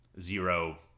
zero